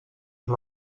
amb